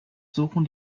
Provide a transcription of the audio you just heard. suchen